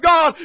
God